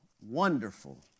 Wonderful